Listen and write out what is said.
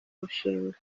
mushinga